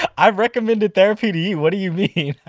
i've recommended therapy to you! what do you mean?